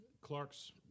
Clark's